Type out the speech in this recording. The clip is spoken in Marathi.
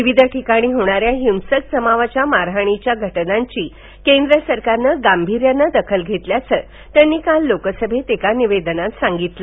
विविध ठिकाणी होणाऱ्या हिंसक जमावाच्या मारहाणीच्या घटनांची केंद्र सरकारनं गांभीर्यानं दखल घेतल्याचं त्यांनी काल लोकसभेत एका निवेदनात सांगितलं